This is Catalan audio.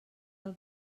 del